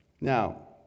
Now